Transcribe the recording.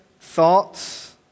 thoughts